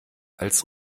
als